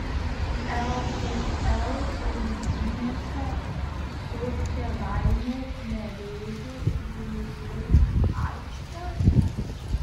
lkl rungtynėse su kėdainių nevėžiu grįžai į aikštę